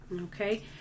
Okay